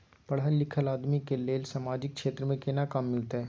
पढल लीखल आदमी के लेल सामाजिक क्षेत्र में केना काम मिलते?